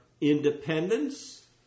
independence